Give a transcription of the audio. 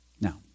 Now